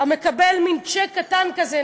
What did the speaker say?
מקבלים מין צ'ק קטן כזה.